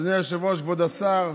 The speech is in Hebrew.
אדוני היושב-ראש, כבוד השר,